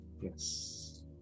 Yes